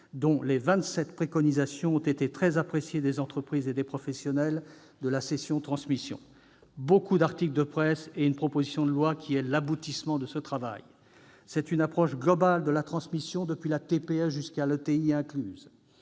vingt-sept préconisations ont été très appréciées des entreprises et des professionnels de la cession-transmission. Il a suscité beaucoup d'articles de presse et une proposition de loi qui constitue l'aboutissement de ce travail. C'est une approche globale de la transmission d'entreprise, depuis la TPE jusqu'à l'ETI.